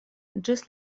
ĝis